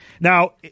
Now